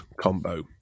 combo